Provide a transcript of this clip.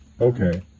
Okay